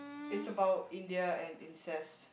it's about India and incest